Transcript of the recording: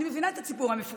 אני מבינה את הציבור המפוחד,